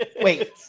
Wait